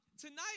tonight